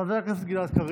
חבר הכנסת גלעד קריב,